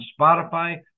Spotify